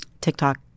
TikTok